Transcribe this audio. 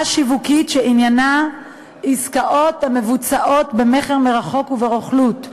שיווקית שעניינה עסקאות המבוצעות במכר מרחוק וברוכלות,